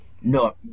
no